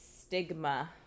stigma